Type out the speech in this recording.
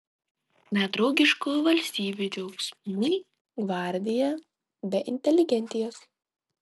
nedraugiškų valstybių džiaugsmui gvardija be inteligentijos